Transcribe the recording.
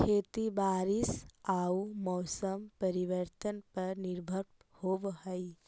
खेती बारिश आऊ मौसम परिवर्तन पर निर्भर होव हई